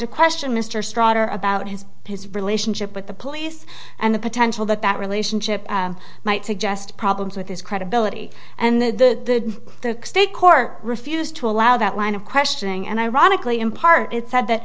to question mr straw to her about his his relationship with the police and the potential that that relationship might suggest problems with his credibility and the the state court refused to allow that line of questioning and ironically in part it said that